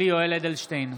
(קורא בשמות חברי הכנסת) יולי יואל אדלשטיין,